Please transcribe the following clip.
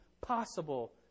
possible